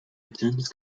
attends